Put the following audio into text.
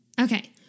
okay